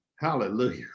Hallelujah